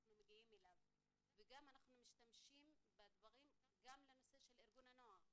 אנחנו מגיעים אליו ואנחנו גם משתמשים בדברים לנושא של ארגון הנוער.